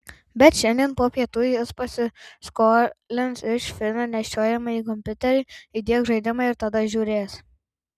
bet šiandien po pietų jis pasiskolins iš fino nešiojamąjį kompiuterį įdiegs žaidimą ir tada žiūrės